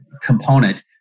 component